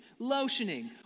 lotioning